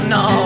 no